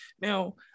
now